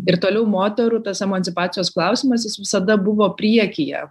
ir toliau moterų tas emancipacijos klausimas jis visada buvo priekyje